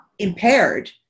impaired